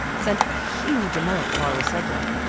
sent a huge amount of our recycling.